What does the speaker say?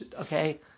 Okay